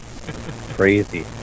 Crazy